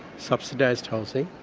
subsidised housing,